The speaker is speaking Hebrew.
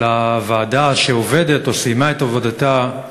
על הוועדה שעובדת, או שסיימה את עבודתה,